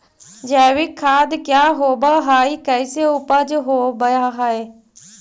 जैविक खाद क्या होब हाय कैसे उपज हो ब्हाय?